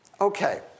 Okay